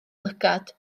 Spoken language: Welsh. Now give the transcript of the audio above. lygad